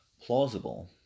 plausible